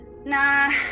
Nah